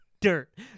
dirt